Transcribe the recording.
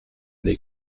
dei